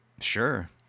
Sure